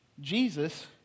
Jesus